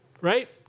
right